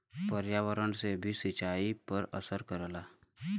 पर्यावरण से भी सिंचाई पर असर करला